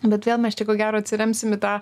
bet vėl mes čia ko gero atsiremsim į tą